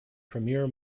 premier